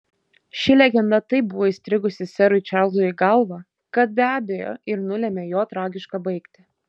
ši legenda taip buvo įstrigusi serui čarlzui į galvą kad be abejo ir nulėmė jo tragišką baigtį